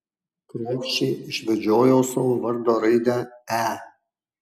kruopščiai išvedžiojau savo vardo raidę e